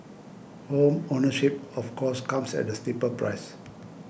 home ownership of course comes at a steeper price